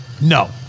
No